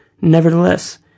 nevertheless